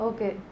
Okay